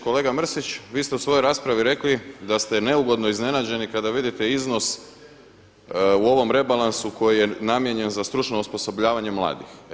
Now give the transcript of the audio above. Kolega Mrsić vi ste u svojoj raspravi rekli da ste neugodno iznenađeni kada vidite iznos u ovom rebalansu koji je namijenjen za stručno osposobljavanje mladih.